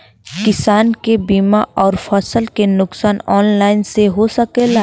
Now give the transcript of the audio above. किसान के बीमा अउर फसल के नुकसान ऑनलाइन से हो सकेला?